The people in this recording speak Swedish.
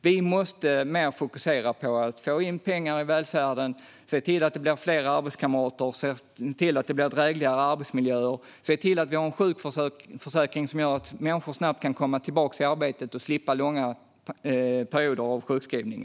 Vi måste fokusera mer på att få in pengarna i välfärden och se till att det blir fler arbetskamrater och drägligare arbetsmiljöer och att vi har en sjukförsäkring som gör att människor snabbt kan komma tillbaka till arbetet och slippa långa perioder av sjukskrivning.